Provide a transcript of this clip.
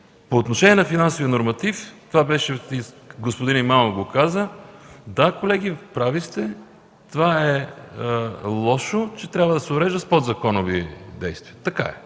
По отношение на финансовия норматив – това го каза господин Имамов. Да, колеги, прави сте. Това е лошо, че трябва да се урежда с подзаконови действия. Така е.